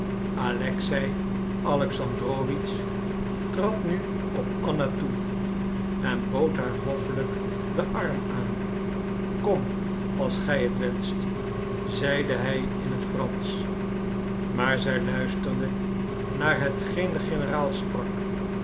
alexei alexandrowitsch trad nu op anna toe en bood haar hoffelijk den arm aan kom als gij het wenscht zeide hij in het fransch maar zij luisterde naar hetgeen de generaal sprak